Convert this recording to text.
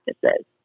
practices